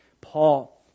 Paul